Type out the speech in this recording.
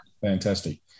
Fantastic